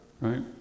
right